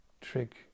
trick